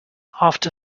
after